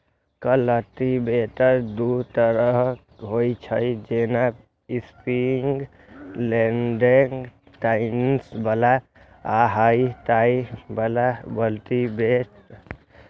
cultivator दू तरहक होइ छै, जेना स्प्रिंग लोडेड टाइन्स बला आ हार्ड टाइन बला कल्टीवेटर